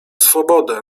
swobodę